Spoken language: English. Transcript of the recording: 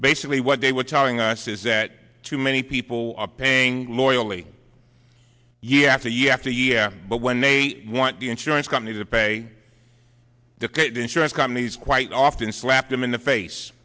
basically what they were telling us is that too many people are paying loyally yaffa year after year but when they want the insurance company to pay the insurance companies quite often slap them in the face